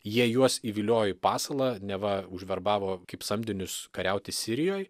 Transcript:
jie juos įviliojo į pasalą neva užverbavo kaip samdinius kariauti sirijoj